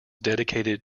dedicated